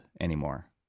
anymore